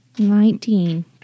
Nineteen